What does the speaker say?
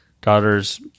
daughter's